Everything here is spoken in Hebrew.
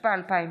התשפ"א 2020,